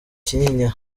kinyinya